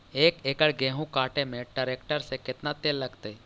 एक एकड़ गेहूं काटे में टरेकटर से केतना तेल लगतइ?